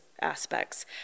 aspects